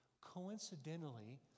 coincidentally